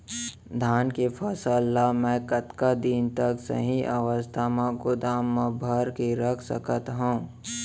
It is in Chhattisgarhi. धान के फसल ला मै कतका दिन तक सही अवस्था में गोदाम मा भर के रख सकत हव?